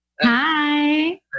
Hi